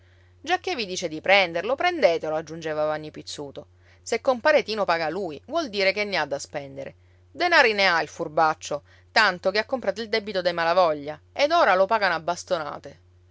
sbuffava giacché vi dice di prenderlo prendetelo aggiungeva vanni pizzuto se compare tino paga lui vuol dire che ne ha da spendere denari ne ha il furbaccio tanto che ha comprato il debito dei malavoglia ed ora lo pagano a bastonate